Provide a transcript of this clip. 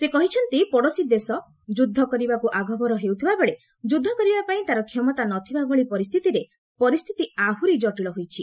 ସେ କହିଛନ୍ତି ପଡୋଶୀ ଦେଶ ଯୁଦ୍ଧ କରିବାକୁ ଆଗଭର ହେଉଥିବାବେଳେ ଯୁଦ୍ଧ କରିବା ପାଇଁ ତା'ର କ୍ଷମତା ନଥିବା ଭଳି ପରିସ୍ଥିତିରେ ପରିସ୍ଥିତି ଆହୁରି ଜଟିଳ ହୋଇଛି